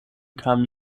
kamen